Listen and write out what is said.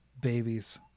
Babies